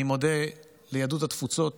אני מודה ליהדות התפוצות